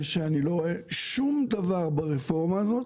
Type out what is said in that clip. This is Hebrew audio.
זה שאני לא רואה שום דבר ברפורמה הזאת